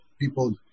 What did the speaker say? people